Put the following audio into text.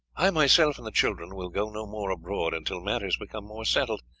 i myself and the children will go no more abroad until matters become more settled,